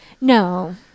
no